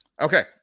okay